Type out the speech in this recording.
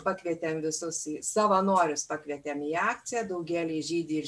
pakvietėm visus į savanorius pakvietėm į akciją daugėliai žydi